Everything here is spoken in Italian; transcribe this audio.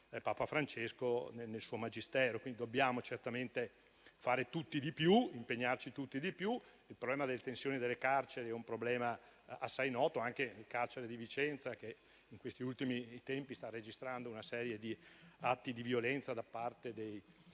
papa Francesco nel suo magistero. Dobbiamo certamente fare tutti di più ed impegnarci tutti di più. Il problema delle tensioni nelle carceri è assai noto, anche nel carcere di Vicenza che in questi ultimi tempi sta registrando una serie di atti di violenza da parte dei